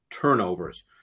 turnovers